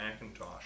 Macintosh